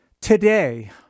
Today